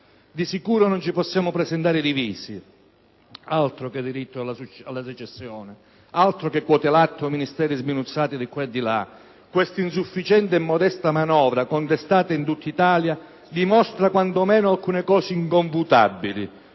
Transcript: Di sicuro non ci possiamo presentare divisi. Altro che diritto alla secessione! Altro che quote latte o Ministeri sminuzzati di qua e di là! Questa insufficiente e modesta manovra, contestata in tutta Italia, dimostra quanto meno alcune cose inconfutabili: